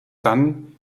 dann